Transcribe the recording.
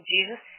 Jesus